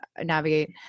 navigate